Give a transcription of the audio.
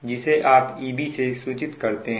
जिसे आप EB से सूचित करते हैं